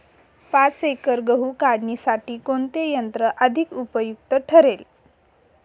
पाच एकर गहू काढणीसाठी कोणते यंत्र अधिक उपयुक्त ठरेल?